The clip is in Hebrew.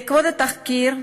בעקבות התחקיר,